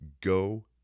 go